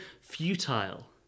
futile